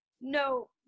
No